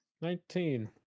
Nineteen